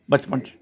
ਬਚਪਨ 'ਚ